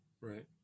Right